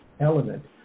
element